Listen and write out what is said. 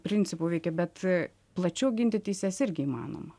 principu veikia bet plačiau ginti teises irgi įmanoma